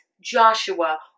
Joshua